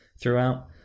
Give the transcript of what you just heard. throughout